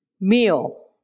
Meal